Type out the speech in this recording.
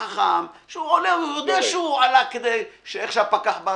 כשהוא עולה, הוא יודע, איך שהפקח מגיע,